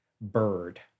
bird